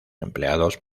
empleados